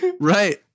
right